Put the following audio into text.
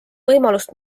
võimalust